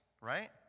right